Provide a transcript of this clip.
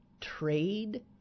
trade